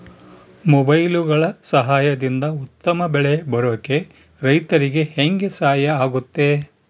ಮೊಬೈಲುಗಳ ಸಹಾಯದಿಂದ ಉತ್ತಮ ಬೆಳೆ ಬರೋಕೆ ರೈತರಿಗೆ ಹೆಂಗೆ ಸಹಾಯ ಆಗುತ್ತೆ?